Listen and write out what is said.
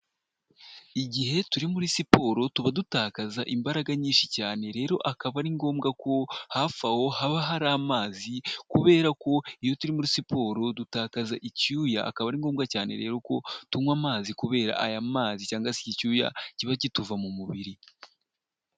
Igihe turi muri siporo tuba dutakaza imbaraga nyinshi cyane rero akaba ari ngombwa ko hafi aho haba hari amazi kubera ko iyo turi muri siporo dutakaza icyuya, akaba ari ngombwa cyane rero ko tunywa amazi kubera aya mazi cyangwa se icyuya kiba kituva mu mubiri.